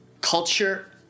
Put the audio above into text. culture